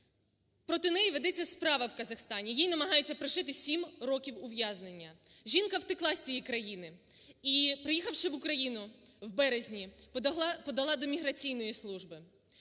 Проти неї ведеться справа в Казахстані, їй намагаються пришити сім років ув'язнення. Жінка втекла з цієї країни і, приїхавши в Україну в березні, подала до Міграційної служби.